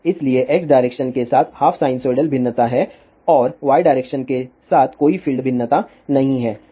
इसलिए x direction के साथ हाफ साइनसोइडल भिन्नता है और y डायरेक्शन के साथ कोई फ़ील्ड भिन्नता नहीं है